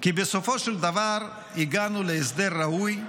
כי בסופו של דבר הגענו להסדר ראוי,